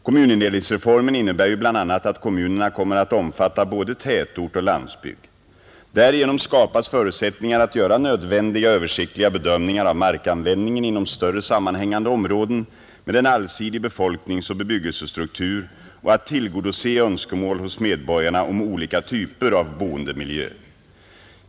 Kommunindelningsreformen innebär ju bl.a. att kommunerna kommer att omfatta både tätort och landsbygd. Därigenom skapas förutsättningar att göra nödvändiga översiktliga bedömningar av markanvändningen inom större sammanhängande områden med en allsidig befolkningsoch bebyggelsestruktur och att tillgodose önskemål hos medborgarna om olika typer av boendemiljö.